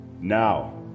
Now